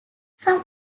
some